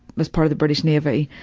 as part of the british navy.